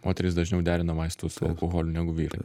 moterys dažniau derina vaistus su alkoholiu negu vyrai